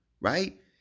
right